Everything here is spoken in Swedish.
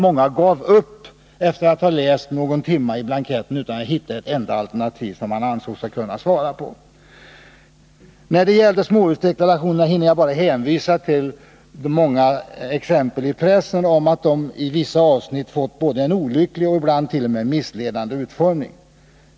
Många gav upp efter att ha läst blanketten under någon timme utan att kunna hitta ett enda alternativ som man ansåg sig kunna svara på. När det gäller småhusdeklarationerna hinner jag bara hänvisa till de i pressen påtalade många exemplen på att dessa i vissa avseenden fått en både olycklig och ibland t.o.m. missledande utformning.